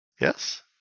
Yes